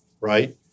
right